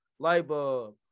Lightbulb